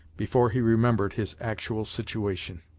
before he remembered his actual situation.